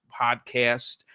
podcast